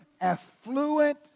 affluent